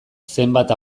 zenbat